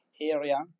area